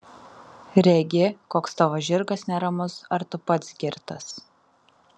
regi koks tavo žirgas neramus ar tu pats girtas